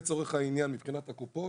לצורך העניין מבחינת הקופות,